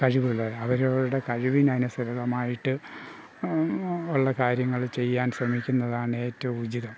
കഴിവുള്ളത് അവരവരുടെ കഴിവിനനുസൃതമായിട്ട് ഉള്ള കാര്യങ്ങൾ ചെയ്യാൻ ശ്രമിക്കുന്നതാണ് ഏറ്റവും ഉചിതം